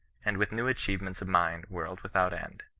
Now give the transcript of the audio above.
and with new achievements of mind, world without end.